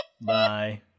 Bye